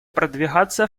продвигаться